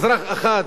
אזרח אחד,